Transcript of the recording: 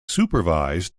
supervised